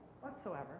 whatsoever